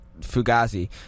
Fugazi